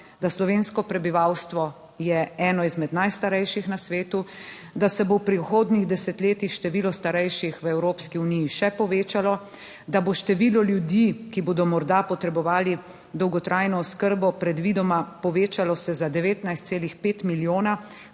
Da, slovensko prebivalstvo je eno izmed najstarejših na svetu. Da se bo v prihodnjih desetletjih število starejših v Evropski uniji še povečalo. Da bo število ljudi, ki bodo morda potrebovali dolgotrajno oskrbo, predvidoma povečalo se za 19,5 milijona,